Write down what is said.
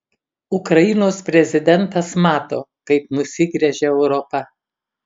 ukrainos prezidentas mato kaip nusigręžia europa